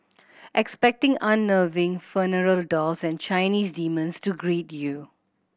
expect unnerving funeral dolls and Chinese demons to greet you